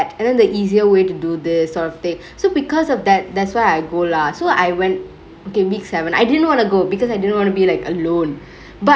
and then the easier way to do this sort of thingk so because of that that's why I go lah so I went okay week seven I didn't want to go because I didn't want to be like alone but